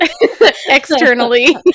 externally